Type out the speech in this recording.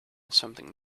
something